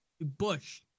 Bush